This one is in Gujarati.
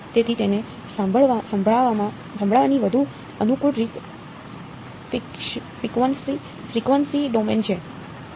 તેથી તેને સંભાળવાની વધુ અનુકૂળ રીત ફ્રિક્વન્સી ડોમેન છે